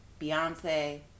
Beyonce